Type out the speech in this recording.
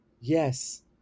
yes